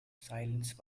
silence